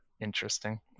interesting